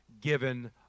given